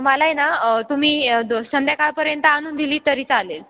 मला आहे ना तुम्ही द संध्याकाळपर्यंत आणून दिली तरी चालेल